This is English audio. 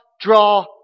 draw